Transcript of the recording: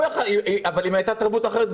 אם הייתה תרבות אחרת,